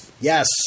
Yes